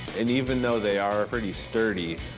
and even though they are ah pretty sturdy,